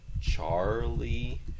Charlie